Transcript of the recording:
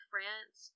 France